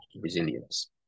resilience